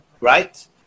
Right